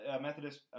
Methodist